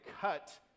cut